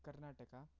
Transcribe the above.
Karnataka